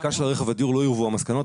בחקיקה של רכב ודיור לא יובאו המסקנות.